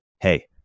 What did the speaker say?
Hey